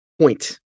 point